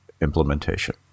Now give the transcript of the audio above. implementation